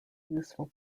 useful